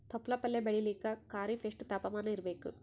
ತೊಪ್ಲ ಪಲ್ಯ ಬೆಳೆಯಲಿಕ ಖರೀಫ್ ಎಷ್ಟ ತಾಪಮಾನ ಇರಬೇಕು?